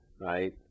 right